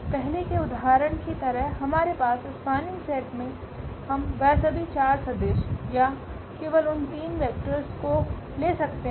पहले के उदाहरण की तरह हमारे पास स्पान्निंग सेट में हम वह सभी 4 सदीश या केवल उन 3वेक्टर्स ं को ले सकते है